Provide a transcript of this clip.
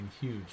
huge